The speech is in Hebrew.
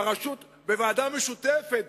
בוועדה משותפת,